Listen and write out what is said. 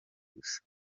gusa